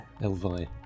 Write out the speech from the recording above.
Elvi